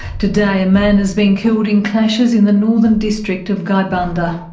today a man has been killed in clashes in the northern district of gaibandha.